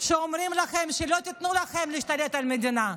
שאומרים לכם שלא ייתנו לכם להשתלט על המדינה.